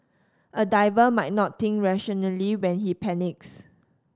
a diver might not think rationally when he panics